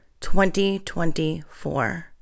2024